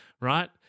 right